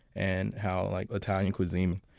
and how like italian cuisine,